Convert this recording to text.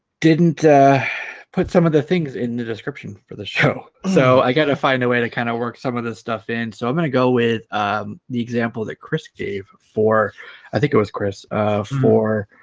didn't put some of the things in the description for the show so i got to find a way to kind of work some of this stuff, in so i'm gonna go with the example that chris gave for i think it was chris for